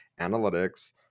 analytics